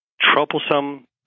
troublesome